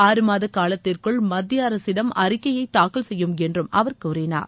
ஆறு மாத காலத்திற்குள் மத்திய அரசிடம் அறிக்கையை தாக்கல் செய்யும் என்று அவர் கூறினார்